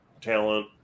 talent